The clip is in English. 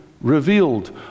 revealed